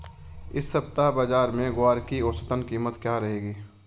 इस सप्ताह बाज़ार में ग्वार की औसतन कीमत क्या रहेगी?